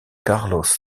carlos